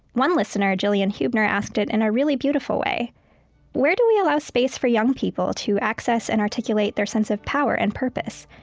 one listener, gillian huebner, asked it in a really beautiful way where do we allow space for young people to access and articulate their sense of power and purpose,